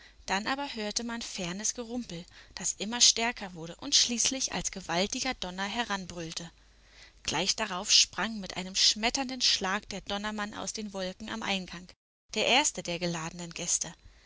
dann aber hörte man fernes gerumpel das immer stärker wurde und schließlich als gewaltiger donner heranbrüllte gleich darauf sprang mit einem schmetternden schlage der donnermann aus den wolken am eingang der erste der geladenen gäste